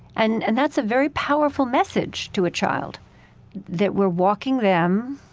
and and that's a very powerful message to a child that we're walking them